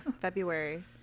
february